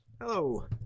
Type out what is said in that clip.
Hello